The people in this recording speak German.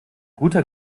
guter